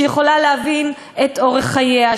שיכולה להבין את אורח חייה,